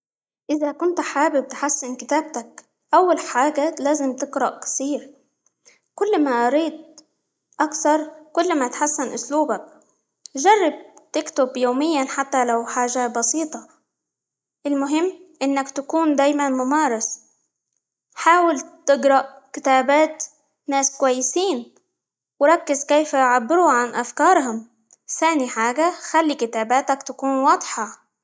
إذا كنت حابب تحسن كتابتك، أول حاجة لازم تقرأ كثير كل ما قريت أكثر كل ما يتحسن أسلوبك، جرب تكتب يوميًا حتى لو حاجة بسيطة، المهم إنك تكون دايمًا ممارس، حاول تقرأ كتابات ناس كويسين، وركز كيف يعبروا عن أفكارهم، ثاني حاجة خلي كتاباتك تكون واضحة.